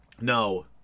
no